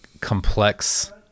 complex